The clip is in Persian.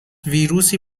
ویروسی